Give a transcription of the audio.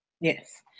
Yes